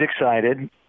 excited